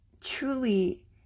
truly